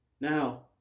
now